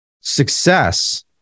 Success